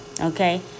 okay